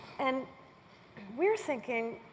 and we are thinking.